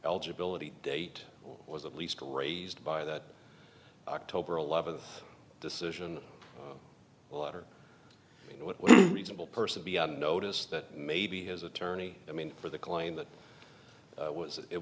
eligibility date was at least raised by that october eleventh decision water reasonable person be on notice that maybe his attorney i mean for the claim that was it